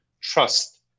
trust